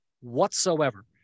whatsoever